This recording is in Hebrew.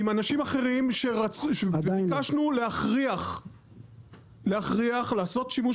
עם אנשים אחרים שביקשנו להכריח לעשות שימוש